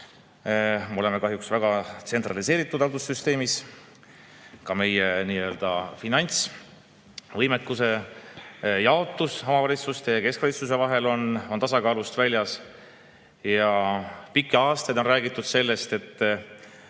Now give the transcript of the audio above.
Me oleme kahjuks väga tsentraliseeritud haldussüsteemis, ka meie finantsvõimekuse jaotus omavalitsuste ja keskvalitsuse vahel on tasakaalust väljas. Pikki aastaid on räägitud sellest,